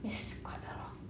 it's quite a lot